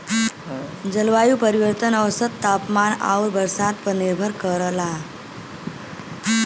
जलवायु परिवर्तन औसत तापमान आउर बरसात पर निर्भर करला